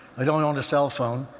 i don't own a cell phone,